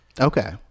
Okay